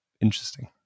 interesting